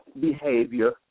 behavior